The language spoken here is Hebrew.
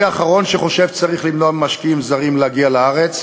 אני האחרון שחושב שצריך למנוע ממשקיעים זרים להגיע לארץ.